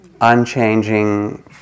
unchanging